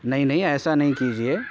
نہیں نہیں ایسا نہیں کیجیے